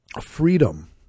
Freedom